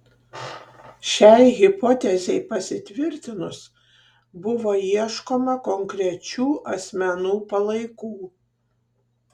šiai hipotezei pasitvirtinus buvo ieškoma konkrečių asmenų palaikų